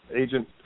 agent